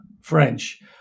french